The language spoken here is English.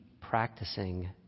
practicing